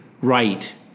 right